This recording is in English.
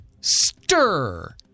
STIR